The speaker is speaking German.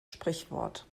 sprichwort